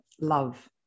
love